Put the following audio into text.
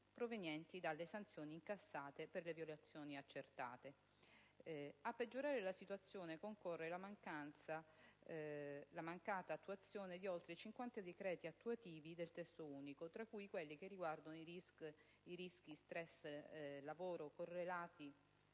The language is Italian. provenienti dalle sanzioni incassate per le violazioni accertate. A peggiorare la situazione concorre la mancata attuazione di oltre 50 decreti attuativi del Testo unico, tra cui quelli che riguardano i rischi *stress*-lavoro correlati